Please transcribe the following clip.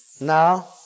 Now